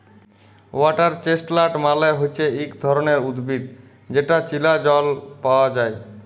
water chestnut মালে হচ্যে ইক ধরণের উদ্ভিদ যেটা চীলা জল পায়া যায়